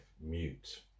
mute